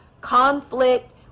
conflict